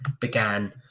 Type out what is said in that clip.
began